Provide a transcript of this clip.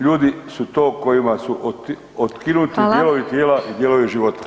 Ljudi su to kojima su otkinuti dijelovi tijela [[Upadica: Hvala.]] i dijelovi života.